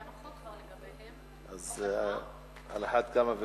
אז כבר קיים החוק לגביהם, חוק הנוער.